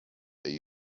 they